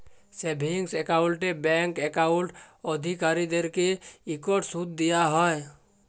savings একাউল্টে bank account অধিকারীদেরকে ইকট সুদ দিয়া হ্যয়